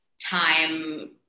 time